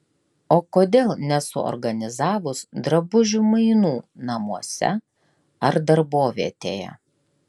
o kodėl nesuorganizavus drabužių mainų namuose ar darbovietėje